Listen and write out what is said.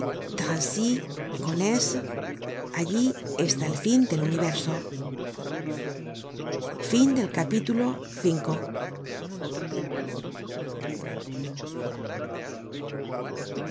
drancy gonesse allí está el fin del universo